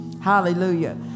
Hallelujah